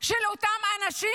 של אותם האנשים?